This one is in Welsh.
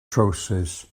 trowsus